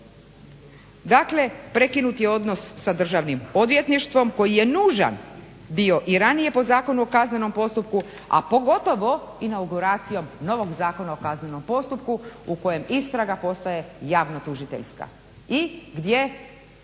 Dakle, prekinut je odnos sa državnim odvjetništvom koji je nužan bio i ranije po Zakonu o kaznenom postupku, a pogotovo inauguracijom novog Zakona o kaznenom postupku u kojem istraga postaje javno tužiteljska i gdje